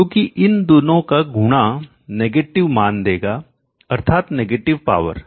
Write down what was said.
क्योंकि इन दोनों का गुणा नेगेटिव मान देगा अर्थात नेगेटिव पावर